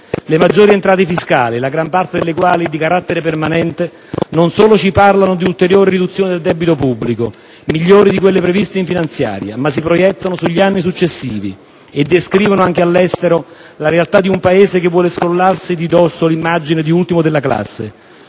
Le maggiori entrate fiscali, la gran parte delle quali di carattere permanente, non solo ci parlano di ulteriori riduzioni del debito pubblico, migliori di quelle previste in finanziaria, ma si proiettano sugli anni successivi e descrivono, anche all'estero, la realtà di un Paese che vuole scrollarsi di dosso l'immagine di ultimo della classe.